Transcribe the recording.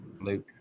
Luke